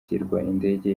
indege